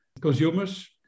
Consumers